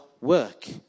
Work